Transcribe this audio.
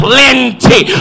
plenty